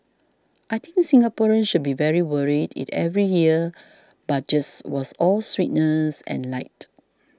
I think Singaporeans should be very worried it every year's Budgets was all sweetness and light